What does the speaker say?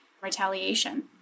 retaliation